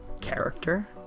Character